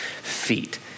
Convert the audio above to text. feet